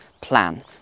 plan